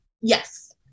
Yes